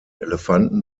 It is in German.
elefanten